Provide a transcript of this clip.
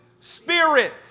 spirit